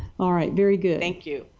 all right. very good. thank you?